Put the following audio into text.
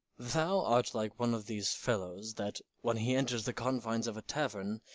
thou art like one of these fellows that, when he enters the confines of a tavern,